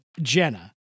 Jenna